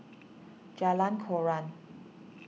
Jalan Koran